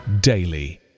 daily